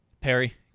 Perry